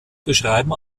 beschreiben